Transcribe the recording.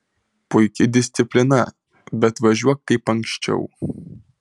puiki disciplina bet važiuok kaip anksčiau